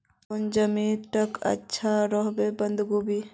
कौन जमीन टत अच्छा रोहबे बंधाकोबी?